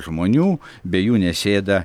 žmonių be jų nesėda